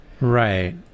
Right